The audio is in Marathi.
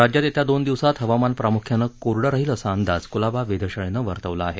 राज्यात येत्या दोन दिवसात हवामान प्रामुख्यानं कोरडं राहील असा अंदाज कुलाबा वेधशाळेनं वर्तवला आहे